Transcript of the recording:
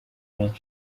menshi